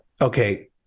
okay